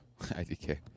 IDK